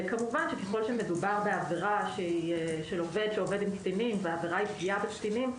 ככל שמדובר בעבירה של עובד שעובד עם קטינים והעבירה היא פגיעה בקטינים,